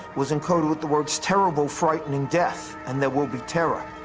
was encoded with the words terrible, frightening, death, and there will be terror.